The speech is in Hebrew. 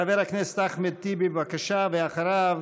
חבר הכנסת רם שפע, בבקשה, אדוני,